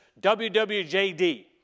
WWJD